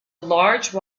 large